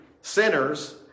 sinners